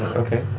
okay.